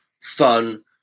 fun